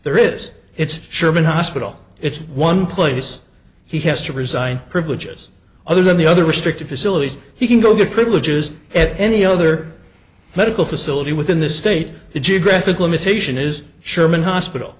there is it's sherman hospital it's one place he has to resign privileges other than the other restricted facilities he can go to privileges at any other medical facility within the state the geographic limitation is sherman hospital